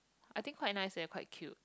I think quite nice eh quite cute